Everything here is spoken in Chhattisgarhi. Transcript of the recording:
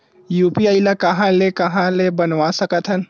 यू.पी.आई ल कहां ले कहां ले बनवा सकत हन?